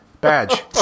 Badge